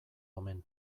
omen